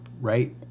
right